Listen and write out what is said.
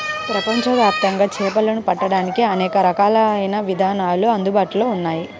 ప్రపంచవ్యాప్తంగా చేపలను పట్టడానికి అనేక రకాలైన విధానాలు అందుబాటులో ఉన్నాయి